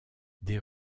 des